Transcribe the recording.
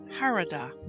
Harada